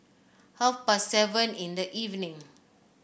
half past seven in the evening